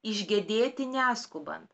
išgedėti neskubant